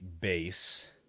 base